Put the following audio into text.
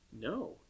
No